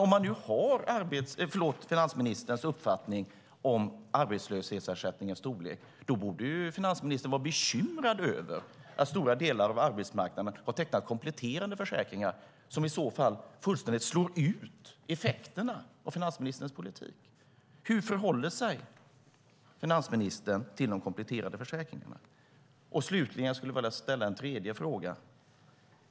Om man nu har den uppfattning som finansministern har om arbetslöshetsersättningens storlek borde finansministern vara bekymrad över att stora delar av arbetsmarknaden har tecknat kompletterande försäkringar som i så fall fullständigt slår ut effekterna av finansministerns politik. Hur förhåller sig finansministern till de kompletterande försäkringarna? Slutligen skulle jag vilja ställa en tredje fråga.